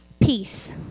peace